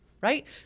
right